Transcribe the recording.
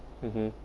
mmhmm